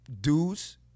dudes